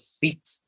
feet